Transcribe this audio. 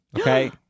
Okay